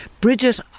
Bridget